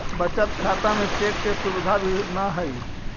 बचत खाता में चेक के सुविधा भी न हइ